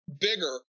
bigger